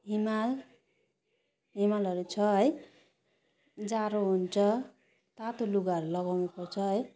हिमाल हिमालहरू छ है जाडो हुन्छ तातो लुगाहरू लगाउनु पर्छ है